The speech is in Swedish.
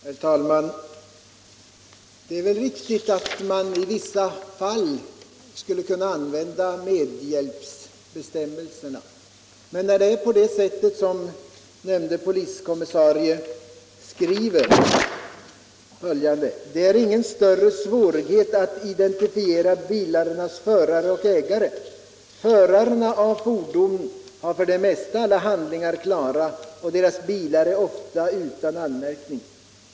Herr talman! Det är riktigt att man i vissa fall skulle kunna använda medhjälpsbestämmelserna. Men fråga är om det är möjligt när det förhåller sig på det sätt som nämnde poliskommissarie skriver: ”Det är ingen större svårighet att identifiera bilarnas förare och ägare. Förarna av fordonen har för det mesta alla handlingar klara och deras bilar är oftast utan anmärkning.